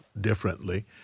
differently